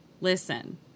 listen